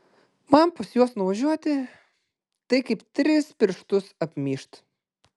man pas juos nuvažiuot tai kaip tris pirštus apmyžt